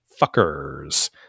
fuckers